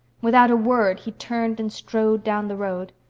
without a word he turned and strode down the road.